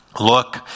look